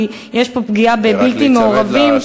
כי יש פה פגיעה בבלתי מעורבים.